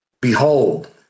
Behold